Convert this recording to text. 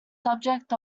subject